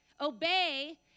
Obey